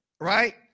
right